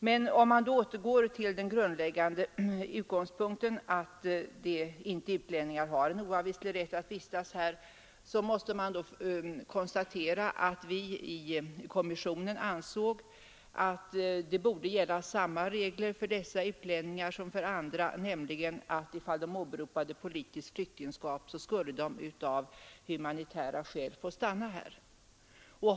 Men om man då återgår till den grundläggande utgångspunkten att utlänningar inte har en oavvislig rätt att vistas här måste man konstatera, som vi i kommissionen gjorde, att samma möjlighet borde gälla för dessa utlänningar som för andra, att åberopa politiskt flyktingskap som skäl för att få stanna här.